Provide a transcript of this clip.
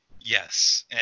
Yes